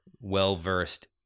well-versed